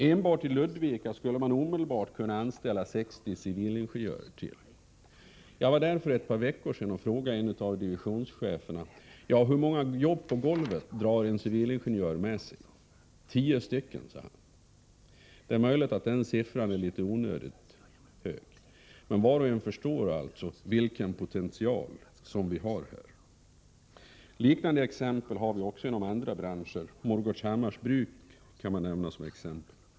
Enbart i Ludvika skulle man omedelbart kunna anställa ytterligare 60 civilingenjörer. Vid ett besök för ett par veckor sedan frågade jag en av divisionscheferna: Hur många jobb på golvet drar en civilingenjör med sig? Tio stycken, sade han. Det är möjligt att siffran är för hög, men var och en förstår vilken potential som finns här. Liknande exempel finns också inom andra branscher, t.ex. Morgårdshammars bruk.